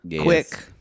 Quick